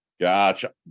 gotcha